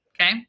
okay